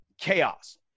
chaos